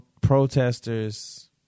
protesters